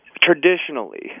Traditionally